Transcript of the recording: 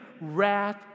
wrath